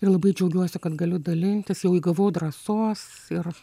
ir labai džiaugiuosi kad galiu dalintis jau įgavau drąsos ir